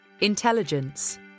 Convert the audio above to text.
Intelligence